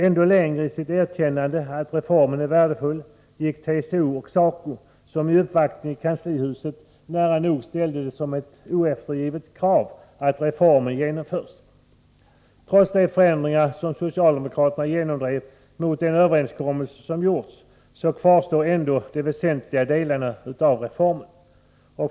Ändå längre i sitt erkännande av att reformen är värdefull gick TCO och SACO, som i uppvaktning i kanslihuset nära nog framställde det som ett oeftergivligt krav att reformen skulle genomföras. Trots de förändringar som socialdemokraterna genomdrev i strid mot den överenskommelse som gjorts kvartstår ändå de väsentliga delarna av reformen.